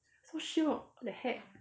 so shiok what the heck